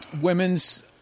women's